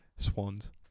Swans